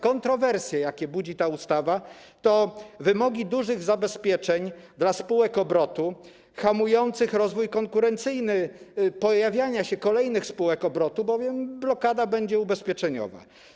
Kontrowersje, jakie budzi ta ustawa, to wymogi dużych zabezpieczeń dla spółek obrotu hamujących rozwój konkurencyjny pojawiania się kolejnych spółek obrotu, bowiem blokada będzie ubezpieczeniowa.